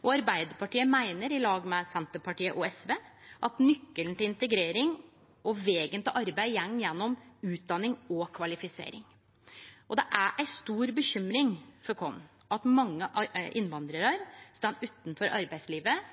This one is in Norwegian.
Arbeidarpartiet meiner, i lag med Senterpartiet og SV, at nykelen til integrering og vegen til arbeid går gjennom utdanning og kvalifisering. Det er ei stor bekymring for oss at mange innvandrarar står utanfor arbeidslivet